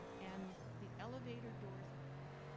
and the elevator doors opened,